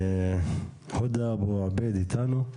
הודא אבו עבייד איתנו?